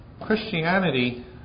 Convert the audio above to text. Christianity